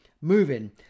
moving